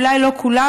אולי לא כולם,